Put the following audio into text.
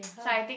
how